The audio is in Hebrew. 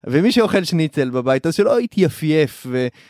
ומי שאוכל שניצל בבית אז שלא יתיפייף ו...